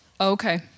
Okay